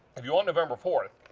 if you want november fourth,